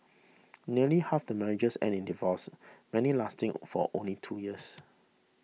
nearly half the marriages end in divorce many lasting for only two years